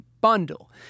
bundle